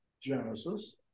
Genesis